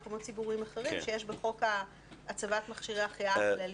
מקומות ציבוריים אחרים שיש בחוק הצבת מכשירי ההחייאה הכללי.